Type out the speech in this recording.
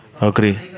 agree